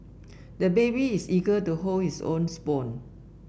the baby is eager to hold his own spoon